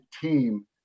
team